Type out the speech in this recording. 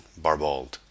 Barbald